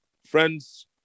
Friends